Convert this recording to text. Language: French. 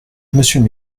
monsieur